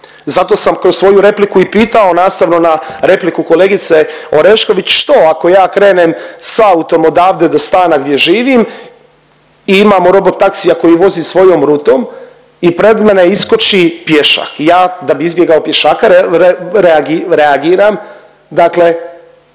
zato sam kroz svoju repliku i pitao nastavno na repliku kolegice Orešković, što ako ja krenem s autom odavde do stana gdje živim i imam robotaksija koji vozi svojom rutom i pred mene iskoči pješak. Ja, da bi izbjegao pješaka, reagiram